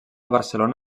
barcelona